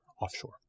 offshore